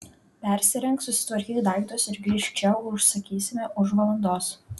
persirenk susitvarkyk daiktus ir grįžk čia už sakysime už valandos